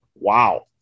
Wow